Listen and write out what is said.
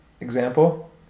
example